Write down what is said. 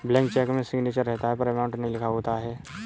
blank cheque में signature रहता है पर अमाउंट नहीं लिखा होता है